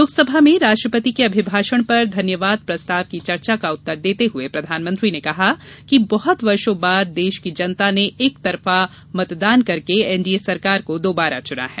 लोकसभा में राष्ट्रपति के अभिभाषण पर धन्यवाद प्रस्ताव की चर्चा का उत्तर देते हुए प्रधानमंत्री ने कहा कि बहत वर्षों बाद देश की जनता ने एक तरफा मतदान करके एनडीए सरकार को दोबारा चुना है